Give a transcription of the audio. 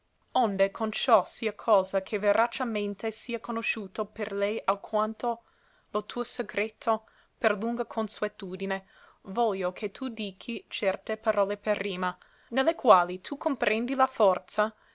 onde con ciò sia cosa che veracemente sia conosciuto per lei alquanto lo tuo secreto per lunga consuetudine voglio che tu dichi certe parole per rima ne le quali tu comprendi la forza